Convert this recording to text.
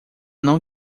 não